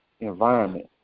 environment